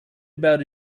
about